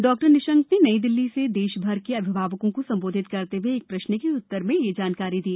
डॉ निशंक ने नईदिल्ली से देशभर के अभिभावकों को संबोधित करते हुए एक प्रश्न के उत्तर में यह जानकारी दी